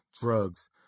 drugs